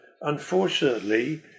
unfortunately